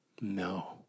No